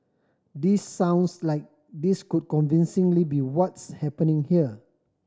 this sounds like this could convincingly be what's happening here